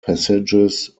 passages